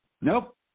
Nope